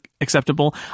acceptable